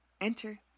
Enter